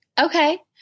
Okay